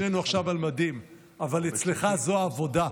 שנינו עכשיו על מדים, אבל אצלך זו עבודה,